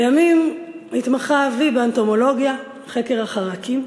לימים התמחה אבי באנטומולוגיה, חקר החרקים,